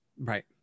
Right